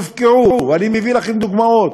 שהופקעו, אני אביא לכם דוגמאות,